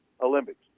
Olympics